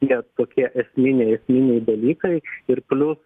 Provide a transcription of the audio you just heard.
tie tokie esminiai esminiai dalykai ir plius